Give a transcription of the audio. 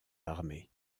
armées